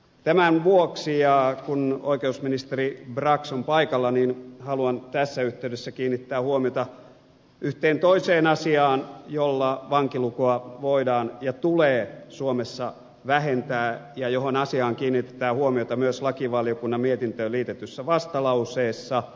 tämän vuoksi kun oikeusministeri brax on paikalla haluan tässä yhteydessä kiinnittää huomiota yhteen toiseen asiaan jolla vankilukua voidaan ja tulee suomessa vähentää ja johon kiinnitetään huomiota myös lakivaliokunnan mietintöön liitetyssä vastalauseessa